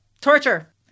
torture